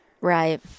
Right